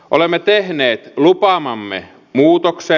olemme tehneet lupaamamme muutoksen